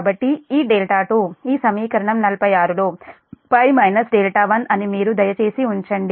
కాబట్టి ఈ2 ఈ సమీకరణం 46 లో 1 అని మీరు దయచేసి ఉంచండి